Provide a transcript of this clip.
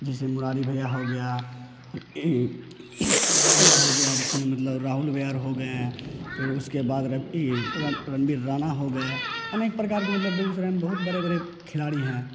जैसे मुरारी भैया हो गया मुरारी भैया हो गया जिसमें मतलब राहुल हो गए हैं फिर उसके बाद ई रणबीर राणा हो गए अनेक प्रकार के मतलब बेगूसराय में बहुत बड़े बड़े खिलाड़ी हैं